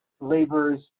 laborers